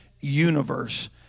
universe